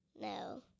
No